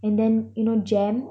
and then you know jam